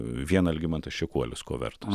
vien algimantas čekuolis ko vertas